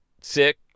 sick